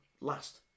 last